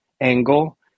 angle